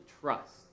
trust